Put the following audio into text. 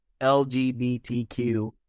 lgbtq